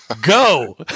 Go